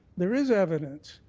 there is evidence.